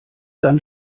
dann